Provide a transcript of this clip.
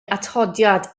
atodiad